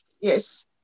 yes